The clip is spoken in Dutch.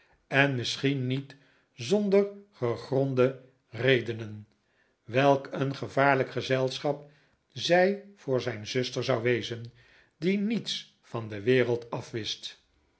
en misschien niet zonder gegronde redenen welk een gevaarlijk gezelschap zij voor zijn zuster zou wezen die niets van de wereld afwist